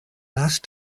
last